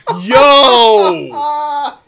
Yo